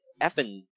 effing